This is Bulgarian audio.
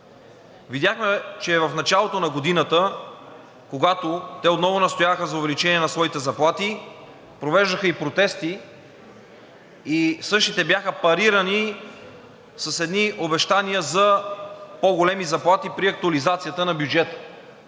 Видяхме, че в началото на годината, когато те отново настояваха за увеличение на своите заплати, провеждаха и протести, и същите бяха парирани с едни обещания за по-големи заплати при актуализацията на бюджета.